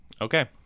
Okay